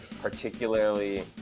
particularly